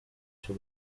cyo